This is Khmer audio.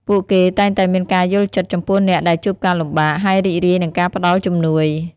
ពួកគេតែងតែមានការយល់ចិត្តចំពោះអ្នកដែលជួបការលំបាក ហើយរីករាយនឹងការផ្តល់ជំនួយ។